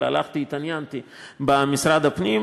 אבל הלכתי והתעניינתי במשרד הפנים.